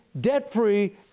debt-free